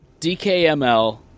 DKML